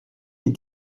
est